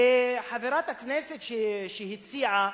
וחברת הכנסת שהציעה,